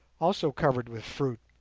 also covered with fruit,